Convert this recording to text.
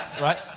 right